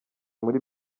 muri